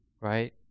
right